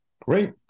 Great